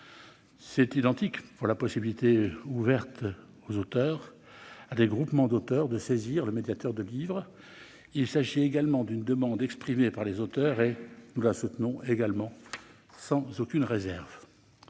sans réserve. pour la possibilité ouverte aux auteurs et à des groupements d'auteurs de saisir le médiateur du livre. Il s'agit également d'une demande exprimée par les auteurs, que nous soutenons aussi sans réserve.